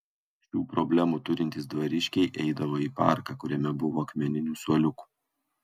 šių problemų turintys dvariškiai eidavo į parką kuriame buvo akmeninių suoliukų